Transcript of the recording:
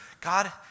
God